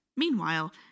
Meanwhile